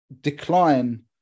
decline